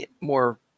more